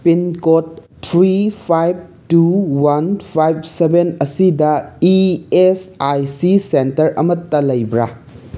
pin code three five two one five seven ꯑꯁꯤꯗ E S I C centre ꯑꯃꯇ ꯂꯩꯕ꯭ꯔꯥ